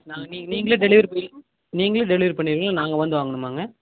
நாளைக்கு நீங்கள் நீங்களே டெலிவரி பண்ணி நீங்களே டெலிவரி பண்ணிருவீங்களா நாங்கள் வந்து வாங்கணுமாங்க